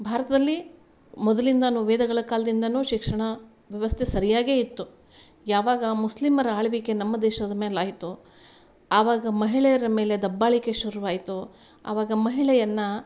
ಭಾರತದಲ್ಲಿ ಮೊದಲಿಂದನು ವೇದಗಳ ಕಾಲ್ದಿಂದನು ಶಿಕ್ಷಣ ವ್ಯವಸ್ಥೆ ಸರಿಯಾಗಿಯೇ ಇತ್ತು ಯಾವಾಗ ಮುಸ್ಲಿಮರ ಆಳ್ವಿಕೆ ನಮ್ಮ ದೇಶದ ಮೇಲಾಯ್ತೋ ಆವಾಗ ಮಹಿಳೆಯರ ಮೇಲೆ ದಬ್ಬಾಳಿಕೆ ಶುರುವಾಯಿತು ಆವಾಗ ಮಹಿಳೆಯನ್ನ